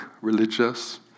religious